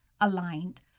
aligned